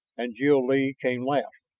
and jil-lee came last.